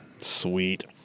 Sweet